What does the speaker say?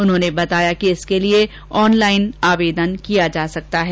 उन्होंने बताया कि इसके लिए ऑनलाइन आवेदन किया जा सकता है